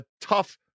tough